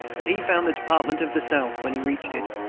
and he found the department of the south, when he reached it,